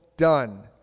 done